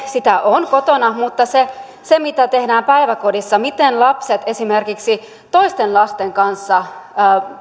sitä on kotona mutta se se mitä tehdään päiväkodissa miten lapset esimerkiksi toisten lasten kanssa